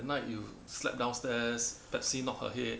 that night you slept downstairs Patsy knock her head